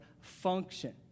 function